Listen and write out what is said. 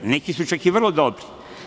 Neki su čak i vrlo dobri.